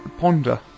ponder